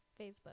facebook